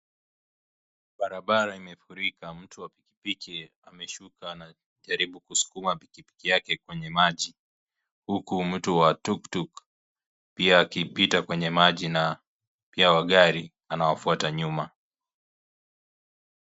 Barabara imefulika mtu wa pikipiki anajaribu kusukuma pikipiki yake kwenye maji huku mtu wa tuktuk pia akipita kwenye maji na pia wa gari anawafuata nyuma.